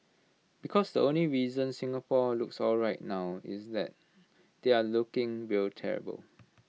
because the only reason Singapore looks alright now is that they are looking real terrible